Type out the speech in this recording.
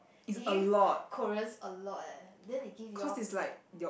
they give Koreans a lot then they give yours is like